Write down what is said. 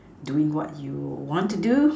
doing what you want to do